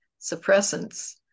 suppressants